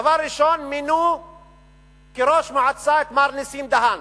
דבר ראשון, מינו לראש מועצה את מר נסים דהן